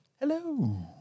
Hello